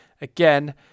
again